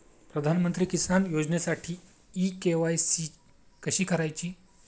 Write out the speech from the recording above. प्रधानमंत्री किसान योजनेसाठी इ के.वाय.सी कशी करायची?